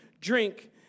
drink